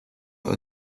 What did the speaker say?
jego